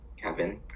Kevin